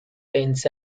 tens